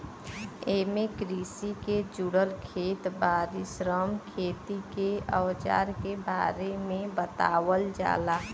एमे कृषि के जुड़ल खेत बारी, श्रम, खेती के अवजार के बारे में बतावल जाला